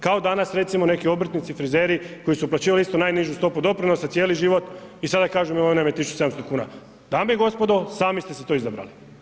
Kao danas recimo neki obrtnici, frizeri koji su uplaćivali isto najnižu stopu doprinosa cijeli život i sada kažu mirovina nam je 1.700,00 kuna, dame i gospodo sami ste si to izabrali.